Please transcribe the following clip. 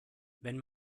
wenn